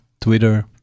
Twitter